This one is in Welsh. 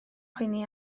poeni